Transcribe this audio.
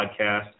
podcast